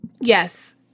Yes